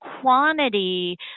quantity